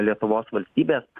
lietuvos valstybės